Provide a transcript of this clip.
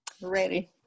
Ready